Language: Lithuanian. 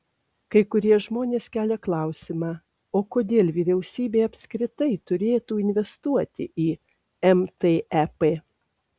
kai kurie žmonės kelia klausimą o kodėl vyriausybė apskritai turėtų investuoti į mtep